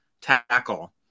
tackle